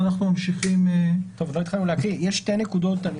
יש שתי נקודות.